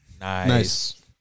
Nice